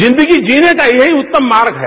जिंदगी जीने का यहीं उत्तम मार्ग है